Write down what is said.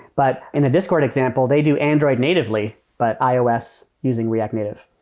but in a discord example, they do android natively, but ios using react native